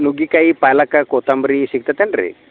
ನುಗ್ಗೆಕಾಯಿ ಪಾಲಕ ಕೋತಂಬರಿ ಸಿಗ್ತತನ್ ರೀ